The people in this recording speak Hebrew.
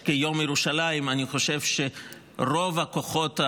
כיום ירושלים, אני חושב שרוב הכוחות,